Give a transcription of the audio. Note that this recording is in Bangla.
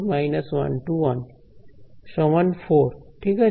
−11 4 ঠিক আছে